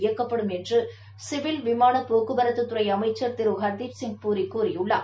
இயக்கப்படும் என்று சிவில் விமானப் போக்குவரத்து துறை அமைச்சர் திரு ஹர்தீப்சிங் பூரி கூறியுள்ளார்